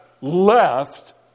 left